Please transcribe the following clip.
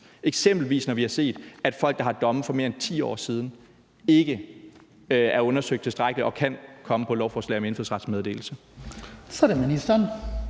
eksempelvis når vi har set, at folk, der har fået domme for mere end 10 år siden, ikke er blevet undersøgt tilstrækkeligt og kan komme på lovforslag om indfødsrets meddelelse.